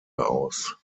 aus